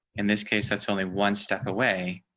in this case, that's only one step away.